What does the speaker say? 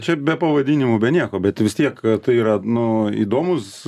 čia be pavadinimų be nieko bet vis tiek tai yra nu įdomus